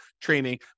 training